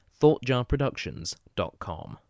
thoughtjarproductions.com